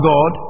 God